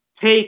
take